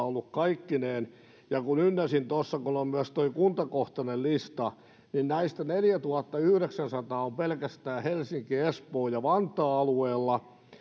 ollut kaikkineen kuusituhattaneljäsataaneljäkymmentäkolme tartuntatapausta ja kun ynnäsin tuossa kun on myös tuo kuntakohtainen lista niin näistä neljätuhattayhdeksänsataa on pelkästään helsinki espoo ja vantaa alueella